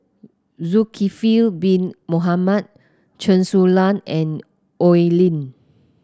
Zulkifli Bin Mohamed Chen Su Lan and Oi Lin